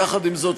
יחד עם זאת,